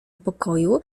pokoju